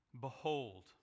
Behold